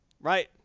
Right